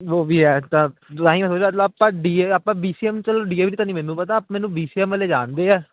ਉਹ ਵੀ ਹੈ ਡੀ ਬੀ ਸੀ ਐੱਮ ਚਲੋ ਡੀ ਏ ਵੀ ਦਾ ਨਹੀਂ ਮੈਨੂੰ ਪਤਾ ਮੈਨੂੰ ਬੀ ਸੀ ਐੱਮ ਵਾਲੇ ਜਾਣਦੇ ਹੈ